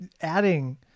adding